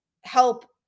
help